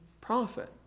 prophet